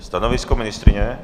Stanovisko ministryně?